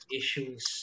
issues